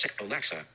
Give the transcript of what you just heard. Alexa